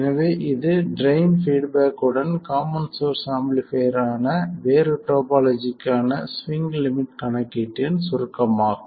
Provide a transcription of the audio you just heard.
எனவே இது drain feedback உடன் காமன் சோர்ஸ் ஆம்பிளிஃபைர் ஆன வேறு டோபோலஜிக்கான ஸ்விங் லிமிட் கணக்கீட்டின் சுருக்கமாகும்